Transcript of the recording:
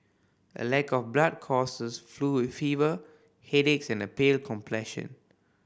a lack of blood causes flu with fever headaches and a pale complexion